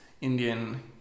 Indian